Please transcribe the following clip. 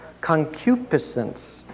concupiscence